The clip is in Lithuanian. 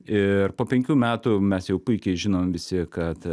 ir po penkių metų mes jau puikiai žinom visi kad